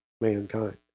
mankind